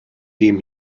dem